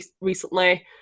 recently